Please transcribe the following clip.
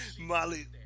Molly